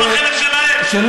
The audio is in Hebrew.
אבל יש ראש ממשלה שאמר: ייתנו,